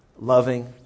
loving